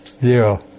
zero